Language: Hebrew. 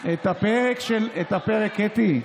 קטי,